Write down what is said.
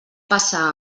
passa